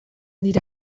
dira